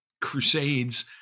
crusades